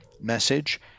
message